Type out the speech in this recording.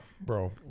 bro